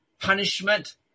punishment